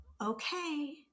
okay